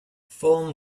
form